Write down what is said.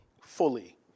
fully